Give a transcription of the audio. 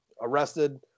arrested